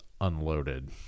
unloaded